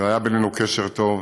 היה בינינו קשר טוב,